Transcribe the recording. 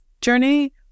journey